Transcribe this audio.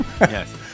Yes